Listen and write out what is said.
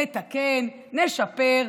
נתקן, נשפר,